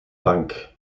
bank